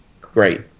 great